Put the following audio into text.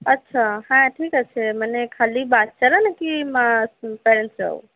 আচ্ছা হ্যাঁ ঠিক আছে মানে খালি বাচ্চারা নাকি মা পেরেন্টসরাও